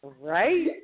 Right